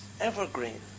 evergreen